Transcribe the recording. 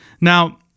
Now